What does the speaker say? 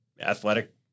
athletic